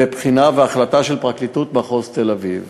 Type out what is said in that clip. לבחינה ולהחלטה של פרקליטות מחוז תל-אביב